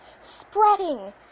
Spreading